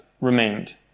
remained